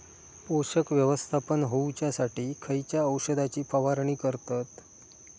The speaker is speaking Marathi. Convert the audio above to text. पोषक व्यवस्थापन होऊच्यासाठी खयच्या औषधाची फवारणी करतत?